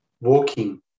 walking